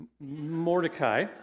Mordecai